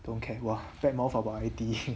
don't care !wah! bad-mouth about I_T_E